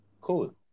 Cool